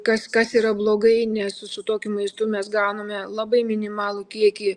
kas kas yra blogai nes su tokiu maistu mes gauname labai minimalų kiekį